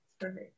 Perfect